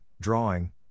drawing